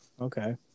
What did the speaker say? Okay